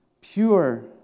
pure